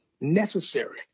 necessary